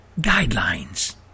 guidelines